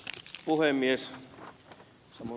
samoin kuin ed